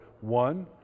one